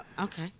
Okay